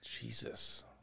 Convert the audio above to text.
Jesus